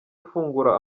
afungura